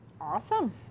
awesome